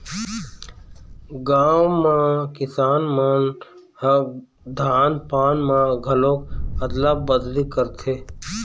गाँव म किसान मन ह धान पान म घलोक अदला बदली करथे